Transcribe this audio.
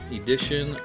edition